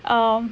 err